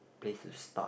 place to start